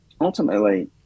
ultimately